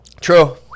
True